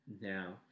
Now